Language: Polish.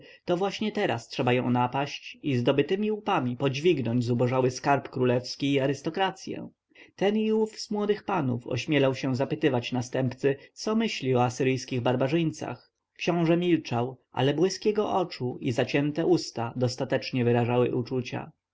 to właśnie teraz trzeba ją napaść i zdobytemi łupami podźwignąć zubożały skarb królewski i arystokrację ten i ów z młodych panów ośmielał się zapytywać następcy co myśli o asyryjskich barbarzyńcach książę milczał ale błysk jego oczu i zacięte usta dostatecznie wyrażały uczucia